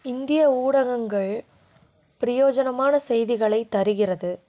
இந்திய ஊடகங்கள் பிரியோஜனமான செய்திகளை தருகிறது